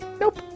Nope